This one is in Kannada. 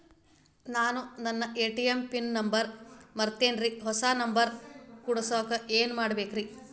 ನಾನು ನನ್ನ ಎ.ಟಿ.ಎಂ ಪಿನ್ ನಂಬರ್ ಮರ್ತೇನ್ರಿ, ಹೊಸಾ ನಂಬರ್ ಕುಡಸಾಕ್ ಏನ್ ಮಾಡ್ಬೇಕ್ರಿ?